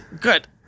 good